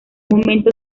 momento